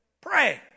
Pray